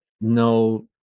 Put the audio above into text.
no